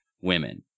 women